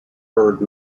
heard